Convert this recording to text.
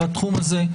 בתחום הזה,